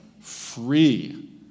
free